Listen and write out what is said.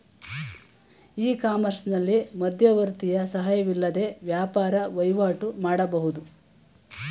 E ಕಾಮರ್ಸ್ನಲ್ಲಿ ಮಧ್ಯವರ್ತಿಯ ಸಹಾಯವಿಲ್ಲದೆ ವ್ಯಾಪಾರ ವಹಿವಾಟು ಮಾಡಬಹುದು